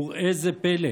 וראה זה פלא,